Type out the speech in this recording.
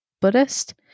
Buddhist